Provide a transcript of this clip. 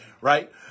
right